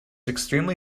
extremely